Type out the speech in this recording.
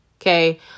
okay